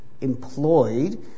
employed